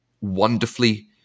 wonderfully